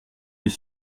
des